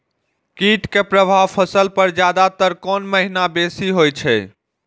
कीट के प्रभाव फसल पर ज्यादा तर कोन महीना बेसी होई छै?